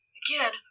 again